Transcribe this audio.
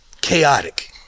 chaotic